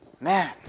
Man